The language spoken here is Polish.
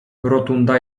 rotunda